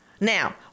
Now